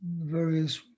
various